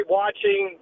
watching